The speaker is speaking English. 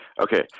Okay